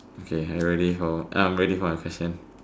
okay are you ready for I'm ready for my question